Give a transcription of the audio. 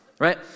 right